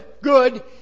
good